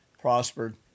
prospered